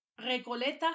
Recoleta